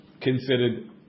considered